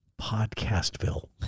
Podcastville